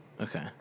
Okay